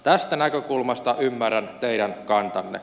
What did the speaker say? tästä näkökulmasta ymmärrän teidän kantanne